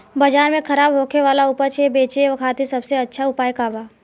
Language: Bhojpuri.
बाजार में खराब होखे वाला उपज के बेचे खातिर सबसे अच्छा उपाय का बा?